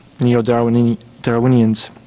Neo-Darwinians